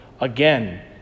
again